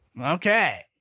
Okay